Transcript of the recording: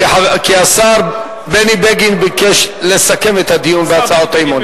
כי השר בני בגין ביקש לסכם את הדיון בהצעות האי-אמון.